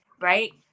right